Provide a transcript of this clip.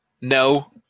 No